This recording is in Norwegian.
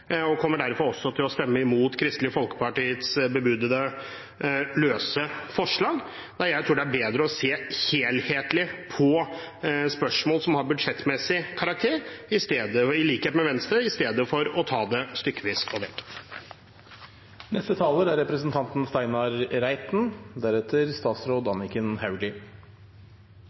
og kommer derfor også til å stemme imot Kristelig Folkepartis bebudede løse forslag, da jeg tror det er bedre å se helhetlig på spørsmål som har budsjettmessig karakter, i likhet med Venstre, i stedet for å ta det stykkevis og delt. Bilstønadsordningen er